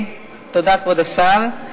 תודה, כבוד השר.